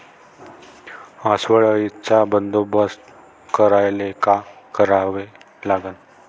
अस्वल अळीचा बंदोबस्त करायले काय करावे लागन?